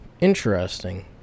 Interesting